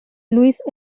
luis